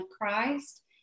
Christ